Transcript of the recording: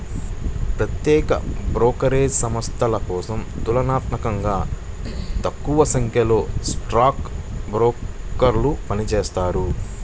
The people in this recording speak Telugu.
ప్రత్యేక బ్రోకరేజ్ సంస్థల కోసం తులనాత్మకంగా తక్కువసంఖ్యలో స్టాక్ బ్రోకర్లు పనిచేత్తారు